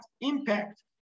impact